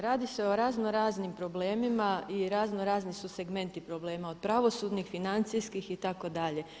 Radi se o razno raznim problemima i razno razni su segmenti problema od pravosudnih, financijskih itd.